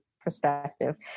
perspective